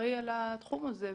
שאחראי על התחום הזה.